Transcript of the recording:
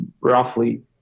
roughly